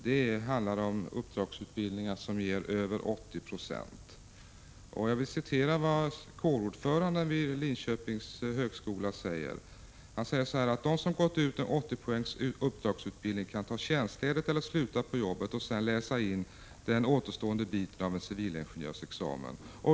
Det rör sig om uppdragsutbildning som uppgår till över 80 6 av hela utbildningen. Kårordföranden vid Linköpings högskola har gjort följande uttalande: ”De som gått ut en 80-poängs uppdragsutbildning kan ta tjänstledigt eller sluta på jobbet och läsa in den andra hälften av en civilingenjörsexamen.